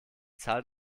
zahl